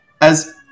As-